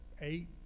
eight